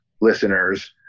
listeners